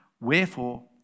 wherefore